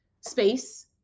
space